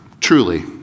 truly